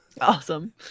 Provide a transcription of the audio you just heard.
Awesome